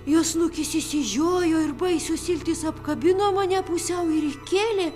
jos snukis išsižiojo ir baisios iltis apkabino mane pusiau ir įkėlė